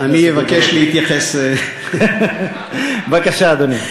חבר הכנסת דודו